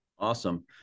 Awesome